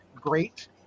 great